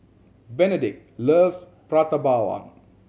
Benedict loves Prata Bawang